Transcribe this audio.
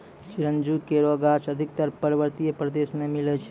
चिरौंजी केरो गाछ अधिकतर पर्वतीय प्रदेश म मिलै छै